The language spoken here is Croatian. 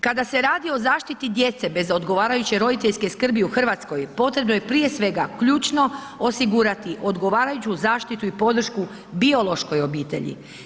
Kada se radi o zaštiti djece bez odgovarajuće roditeljske skrbi u Hrvatskoj, potrebno je prije svega, ključno osigurati odgovarajuću zaštitu i podršku biološkoj obitelji.